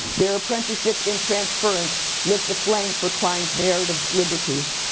their apprenticeship in transference lit the flame for client's narrative liberties.